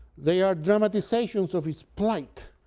they are dramatizations of his plight,